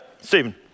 Stephen